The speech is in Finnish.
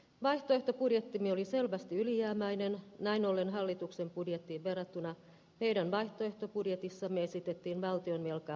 vaihtoehtobudjettimme oli selvästi ylijäämäinen näin ollen hallituksen budjettiin verrattuna tiedon vaihtoehtobudjetissamme esitettiin valtion velka